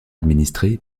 administrée